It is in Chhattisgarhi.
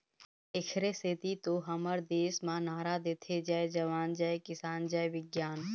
एखरे सेती तो हमर देस म नारा देथे जय जवान, जय किसान, जय बिग्यान